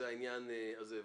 זה העניין הזה.